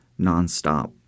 nonstop